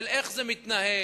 של איך זה מתנהל,